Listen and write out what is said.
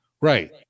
Right